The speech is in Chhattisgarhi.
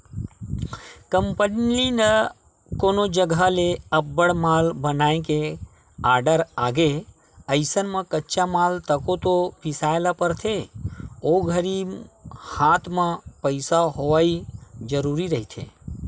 कंपनी ल कोनो जघा ले अब्बड़ माल बनाए के आरडर आगे अइसन म कच्चा माल तको तो बिसाय ल परथे ओ घरी हात म पइसा होवई जरुरी रहिथे